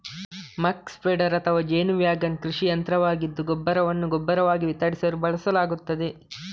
ಮಕ್ spreader ಅಥವಾ ಜೇನು wagon ಕೃಷಿ ಯಂತ್ರವಾಗಿದ್ದು ಗೊಬ್ಬರವನ್ನು ಗೊಬ್ಬರವಾಗಿ ವಿತರಿಸಲು ಬಳಸಲಾಗುತ್ತದೆ